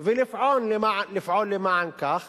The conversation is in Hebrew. ולפעול למען כך